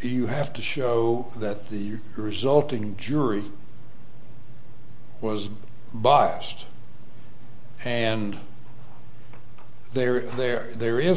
you have to show that the resulting jury was biased and there there there is